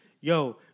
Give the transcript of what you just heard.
yo